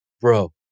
bro